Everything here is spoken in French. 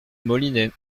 molinet